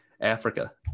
Africa